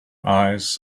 eyes